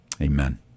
Amen